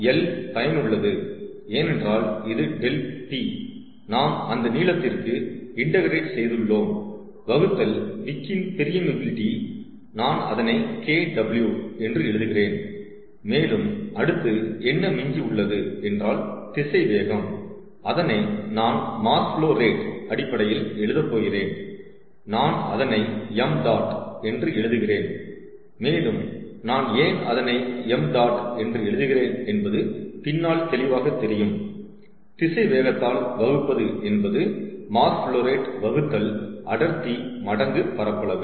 L பயனுள்ளது ஏனென்றால் இது ∆P நாம் அந்த நீளத்திற்கு இன்டகரேட் செய்துள்ளோம் வகுத்தல் விக்கின் பெர்மியபிலிடி நான் அதனை KW என்று எழுதுகிறேன் மேலும் அடுத்து என்ன மிஞ்சி உள்ளது என்றால் திசைவேகம் அதனை நான் மாஸ் ஃபுலோ ரேட் அடிப்படையில் எழுதப்போகிறேன் நான் அதனை 𝑚̇ என்று எழுதுகிறேன் மேலும் நான் ஏன் அதனை 𝑚̇ என்று எழுதுகிறேன் என்பது பின்னால் தெளிவாக தெரியும் திசை வேகத்தால் வகுப்பது என்பது மாஸ் ஃபுலோ ரேட் வகுத்தல் அடர்த்தி மடங்கு பரப்பளவு